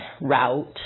route